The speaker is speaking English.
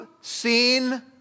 seen